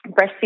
breastfeeding